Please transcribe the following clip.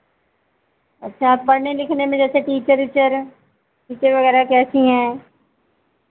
अच्छा पढ़ने लिखने में जैसे टीचर विचर टीचर वगैरह कैसी हैं